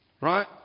Right